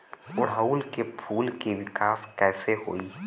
ओड़ुउल के फूल के विकास कैसे होई?